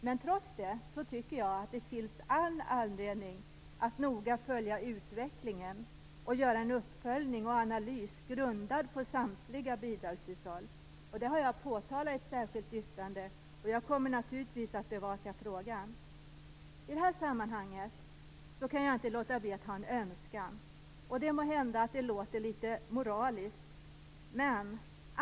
Men trots det finns det all anledning att noga följa utvecklingen och göra en uppföljning och analys grundad på samtliga bidragshushåll. Det har jag påtalat i ett särskilt yttrande, och jag kommer naturligtvis att bevaka frågan. I det här sammanhanget kan jag inte låta bli att ha en önskan. Måhända låter den litet moralisk.